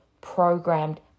programmed